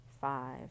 five